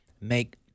make